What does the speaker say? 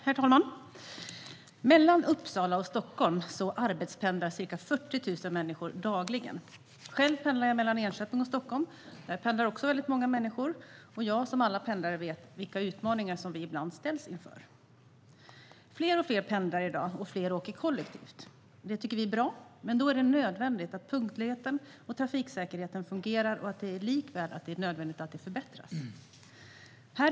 Herr talman! Mellan Uppsala och Stockholm arbetspendlar ca 40 000 människor dagligen. Själv pendlar jag mellan Enköping och Stockholm. Där pendlar också väldigt många människor. Jag, liksom alla pendlare, vet vilka utmaningar som vi ibland ställs inför. Fler och fler pendlar i dag, och fler åker kollektivt. Det tycker vi är bra, men då är det nödvändigt att punktligheten och trafiksäkerheten fungerar. Och det är nödvändigt att det förbättras.